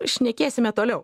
šnekėsime toliau